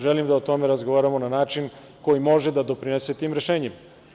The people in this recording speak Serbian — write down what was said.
Želim da o tome razgovaramo na način koji može da doprinese tim rešenjima.